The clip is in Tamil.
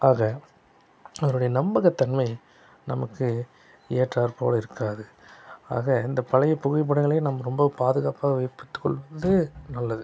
ஆக அவர்களின் நம்பகத்தன்மை நமக்கு ஏற்றாற் போல் இருக்காது ஆக இந்த பழையப் புகைப்படங்களே நாம் ரொம்ப பாதுகாப்பாக வைப்பித்துக்கொள்வது நல்லது